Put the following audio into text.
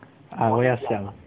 啊我要想